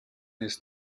his